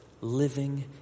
living